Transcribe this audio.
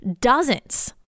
dozens